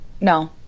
No